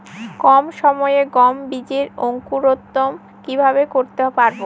কম সময়ে গম বীজের অঙ্কুরোদগম কিভাবে করতে পারব?